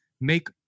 make